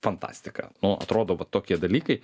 fantastika nu atrodo va tokie dalykai